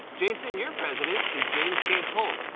jason, your president is james k. polk.